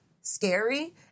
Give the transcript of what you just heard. scary